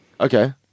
Okay